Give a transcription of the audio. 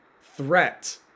threat